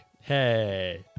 Hey